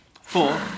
Four